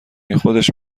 گه، خودش